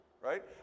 Right